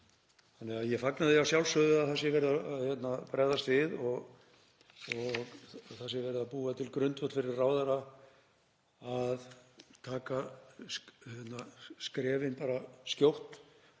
þeim. Ég fagna því að sjálfsögðu að það sé verið að bregðast við og það sé verið að búa til grundvöll fyrir ráðherra að taka skrefin skjótt